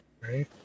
right